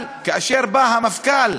אבל כאשר בא המפכ"ל